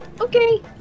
Okay